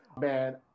man